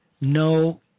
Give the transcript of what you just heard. No